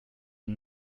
and